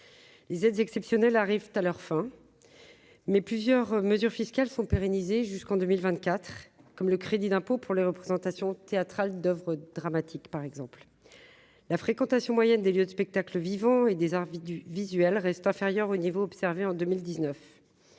les aides exceptionnelles arrivent à leurs fins, mais plusieurs mesures fiscales sont pérennisées jusqu'en 2024 comme le crédit d'impôt pour les représentations théâtrales d'Oeuvres dramatiques par exemple la fréquentation moyenne des lieux de spectacles vivants et des arbitres du visuel restent inférieurs aux niveaux observés en 2019,